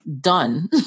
done